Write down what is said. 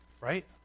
Right